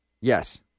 Yes